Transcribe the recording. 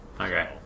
okay